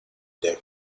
death